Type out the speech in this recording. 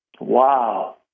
Wow